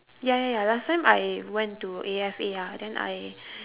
ya ya ya last time I went to A_F_A ah then I